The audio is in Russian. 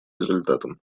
результатам